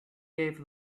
gave